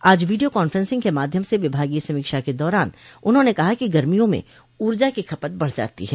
आज video conferencing के माध्यम से विभागीय समीक्षा के दौरान उन्होंने कहा कि गर्मियों में ऊर्जा की खपत बढ़ जाती है